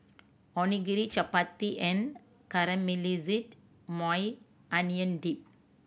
Onigiri Chapati and Caramelized Maui Onion Dip